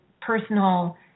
personal